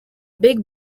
big